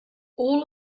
all